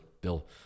Bill